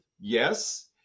yes